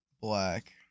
Black